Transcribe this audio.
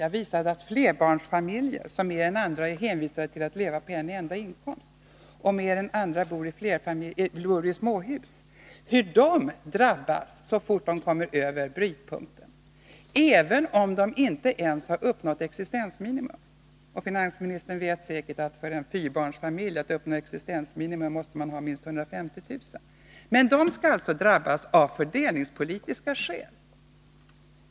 Jag visade på hur flerbarnsfamiljer, som mer än andra är hänvisade till att leva på en enda inkomst och som i större utsträckning än andra bor i småhus, drabbas så fort de når över brytpunkten. Detta gäller även om de inte ens uppnått existensminimum. Finansministern vet säkert att en fyrbarnsfamilj, för att uppnå existensminimum, måste ha minst 150 000 kr. Men de skall alltså drabbas av avdragsbegränsningen, av fördelningspolitiska skäl.